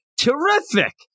terrific